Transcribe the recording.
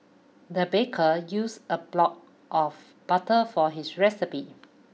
the baker used a block of butter for this recipe